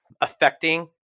affecting